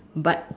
but